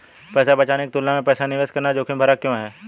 पैसा बचाने की तुलना में पैसा निवेश करना जोखिम भरा क्यों है?